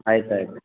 ಆಯ್ತು ಆಯ್ತು